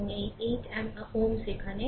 এবং এই 8Ω এখানে